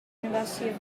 university